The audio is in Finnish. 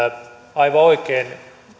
aivan oikein